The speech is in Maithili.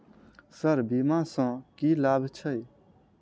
सर बीमा सँ की लाभ छैय?